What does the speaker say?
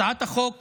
הצעת החוק